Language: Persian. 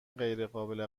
غیرقابل